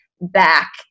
Back